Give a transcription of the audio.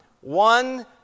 One